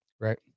Right